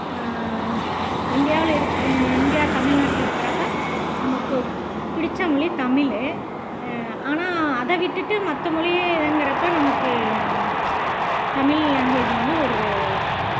இந்தியாவில் இருக் இந்தியா தமிழ்நாட்டில் இருக்கிறப்ப நமக்கு பிடித்த மொழி தமிழ் ஆனால் அதை விட்டுட்டு மற்ற மொழி இயங்கிறப்போ நமக்கு தமிழ் லாங்குவேஜ் வந்து ஒரு